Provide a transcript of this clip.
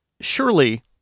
surely